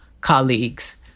colleagues